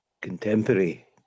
contemporary